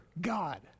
God